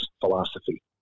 philosophy